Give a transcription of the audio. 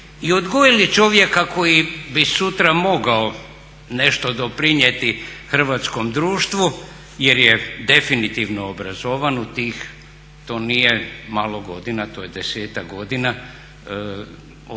i odgojili čovjeka koji bi sutra mogao nešto doprinijeti hrvatskom društvu jer je definitivno obrazovan u tih, to nije malo godina, to je 10-ak godina od